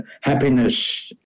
happiness